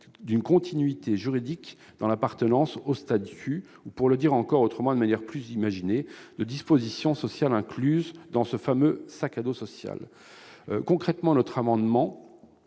d'une continuité juridique dans l'appartenance au statut ou, pour le dire encore autrement et de manière plus imagée, de dispositions sociales incluses dans ce fameux « sac à dos social ». Concrètement, l'article